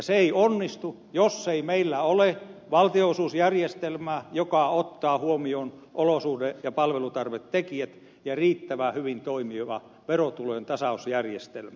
se ei onnistu jos ei meillä ole valtionosuusjärjestelmää joka ottaa huomioon olosuhde ja palvelutarvetekijät ja riittävän hyvin toimivaa verotulojen tasausjärjestelmää